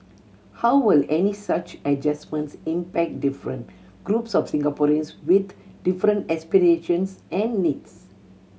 how will any such adjustments impact different groups of Singaporeans with different aspirations and needs